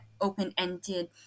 open-ended